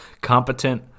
Competent